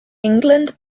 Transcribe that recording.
england